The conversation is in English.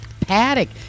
Paddock